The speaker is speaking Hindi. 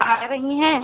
आ रही हैं